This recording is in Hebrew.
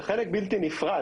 זה חלק בלתי נפרד.